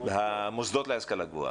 המוסדות להשכלה גבוהה.